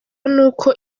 n’uko